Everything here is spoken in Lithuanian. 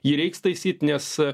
jį reiks taisyt nes